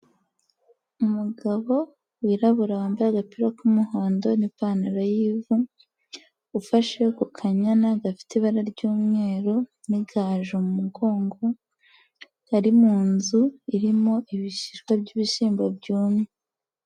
Umugabo wirabura wambaye agapira k'umuhondo n'ipantaro y'ivu, ufashe ku kanyana gafite ibara ry'umweru n'igaju mu mugongo, kari mu nzu irimo ibishishwa by'ibishyimbo byumye.